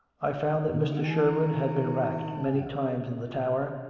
i found that mr. sherwood had been racked many times in the tower,